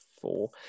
four